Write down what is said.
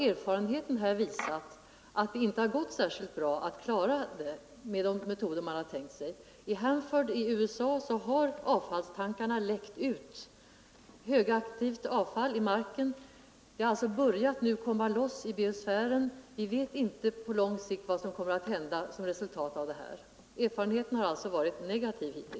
Erfarenheten har dessutom visat att det inte gått särskilt bra att lösa problemet med de metoder regeringen har tänkt sig. I Hanford i USA har avfallstankar läckt ut högaktivt avfall i marken, och detta avfall har börjat komma ut i biosfären. Vi vet inte vad som på lång sikt kommer att hända som resultat av detta. Erfarenheten har alltså hittills varit negativ.